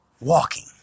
walking